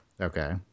okay